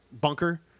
bunker